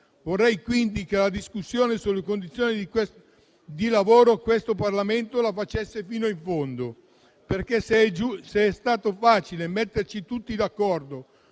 Vorrei, quindi, che la discussione sulle condizioni di lavoro questo Parlamento la svolgesse fino in fondo. Se, infatti, è stato facile metterci tutti d'accordo